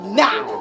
now